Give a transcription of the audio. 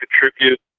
contribute